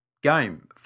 game